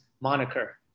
moniker